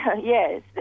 yes